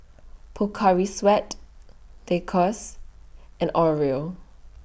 Pocari Sweat Lacoste and Oreo